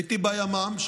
הייתי בימ"מ,